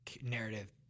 narrative